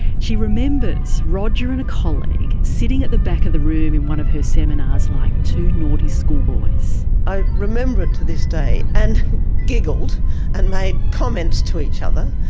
she remembers roger and a colleague sitting at the back of a room in one of her seminars like two naughty schoolboys. i remember it to this day. and giggled and made comments to each other,